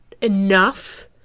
enough